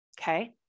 Okay